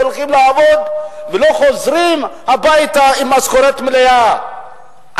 הולכים לעבוד ולא חוזרים הביתה עם משכורת מלאה.